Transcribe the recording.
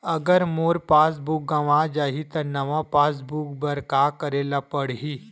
अगर मोर passbook गवां जाहि त नवा पास बुक बर का करे ल पड़हि?